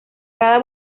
cada